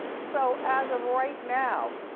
so as of right now,